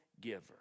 giver